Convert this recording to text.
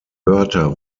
wörter